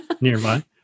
nearby